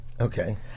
Okay